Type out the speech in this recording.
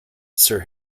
sir